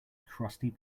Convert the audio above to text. crusty